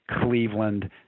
Cleveland